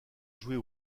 jouer